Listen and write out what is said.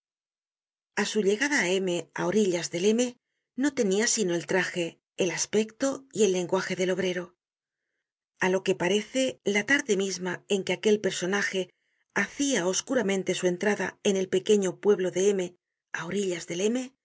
a su llegada á m á orillas del m no tenia sino el traje el aspecto y el lenguaje del obrero a lo que parece la tarde misma en que aquel personaje hacia oscuramente su entrada en el pequeño pueblo de m á orillas del